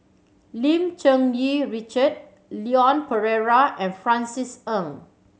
Lim Cherng Yih Richard Leon Perera and Francis Ng